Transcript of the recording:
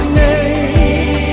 name